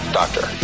doctor